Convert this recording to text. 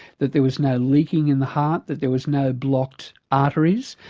that there was no leaking in the heart, that there was no blocked arteries,